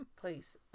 please